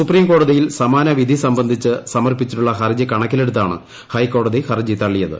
സുപ്രീംകോടതിയിൽ സമാന വിധി സംബന്ധിച്ച് സമർപ്പിച്ചിട്ടുള്ള ഹർജി കണക്കിലെടുത്താണ് ഹൈക്കോടതി ഹർജി തള്ളിയത്